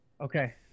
Okay